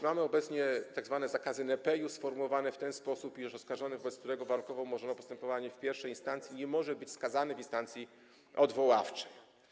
Mamy obecnie tzw. zakazy ne peius, sformułowane w ten sposób, iż oskarżony, wobec którego warunkowo umorzono postępowanie w I instancji, nie może być skazany w instancji odwoławczej.